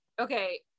Okay